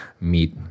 meet